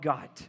God